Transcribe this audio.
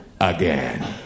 again